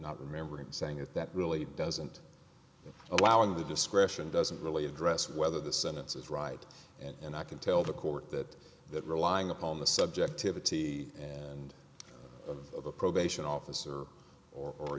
not remembering saying it that really doesn't allow in the discretion doesn't really address whether the sentence is right and i can tell the court that that relying upon the subjectivity and of the probation officer or